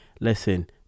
Listen